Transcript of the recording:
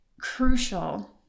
crucial